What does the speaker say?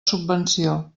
subvenció